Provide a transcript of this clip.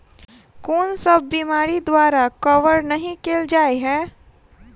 कुन सब बीमारि द्वारा कवर नहि केल जाय है?